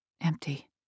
Empty